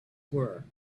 were